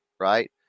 right